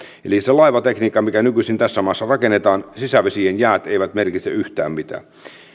eli sille laivatekniikalle mitä nykyisin tässä maassa rakennetaan sisävesien jäät eivät merkitse yhtään mitään